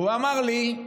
והוא אמר לי: